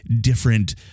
different